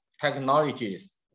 technologies